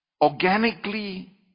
organically